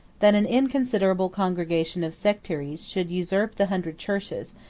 that an inconsiderable congregation of sectaries should usurp the hundred churches,